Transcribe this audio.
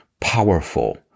powerful